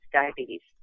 diabetes